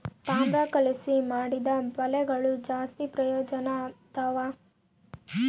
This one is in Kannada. ತಾಮ್ರ ಕಲಿಸಿ ಮಾಡಿದ ಬಲೆಗಳು ಜಾಸ್ತಿ ಪ್ರಯೋಜನದವ